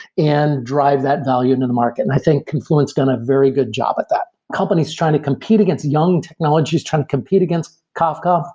and drive that value into the market. and i think confluent's done a very good job at that. companies trying to compete against young technologies, trying to compete against kafka,